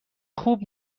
خوب